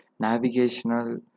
Navigational